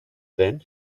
then